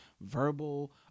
verbal